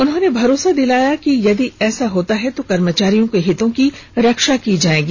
उन्होंने भरोसा दिलाया कि यदि ऐसा होता है तो कर्मचारियों के हितों की रक्षा की जायेगी